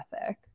ethic